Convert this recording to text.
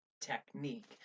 Technique